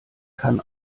kann